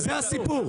זה הסיפור.